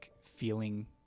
feeling